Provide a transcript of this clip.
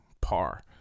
Par